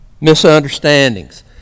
misunderstandings